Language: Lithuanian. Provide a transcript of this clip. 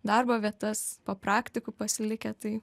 darbo vietas po praktikų pasilikę tai